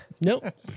Nope